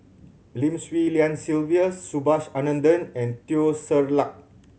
Lim Swee Lian Sylvia Subhas Anandan and Teo Ser Luck